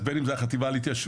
אז בין אם זו החטיבה להתיישבות,